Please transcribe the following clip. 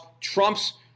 trump's